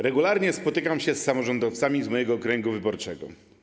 Regularnie spotykam się z samorządowcami z mojego okręgu wyborczego.